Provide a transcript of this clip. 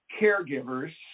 caregivers